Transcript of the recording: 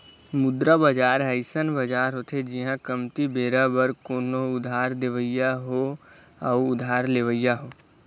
मुद्रा बजार ह अइसन बजार होथे जिहाँ कमती बेरा बर कोनो उधार देवइया हो अउ उधार लेवइया हो